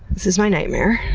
this is my nightmare.